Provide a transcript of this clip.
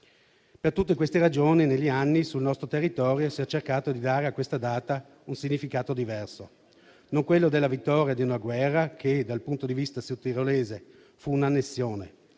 Per tutte queste ragioni, negli anni sul nostro territorio si è cercato di dare a questa data un significato diverso, non quello della vittoria di una guerra che dal punto di vista sudtirolese fu un'annessione,